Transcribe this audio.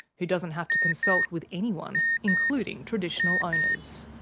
who doesn't have to consult with anyone, including traditional owners.